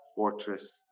fortress